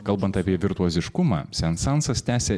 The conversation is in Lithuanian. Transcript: kalbant apie virtuoziškumą sensansas tęsia